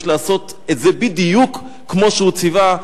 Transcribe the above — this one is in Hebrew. יש לעשות את זה בדיוק כמו שהוא ציווה,